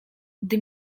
gdy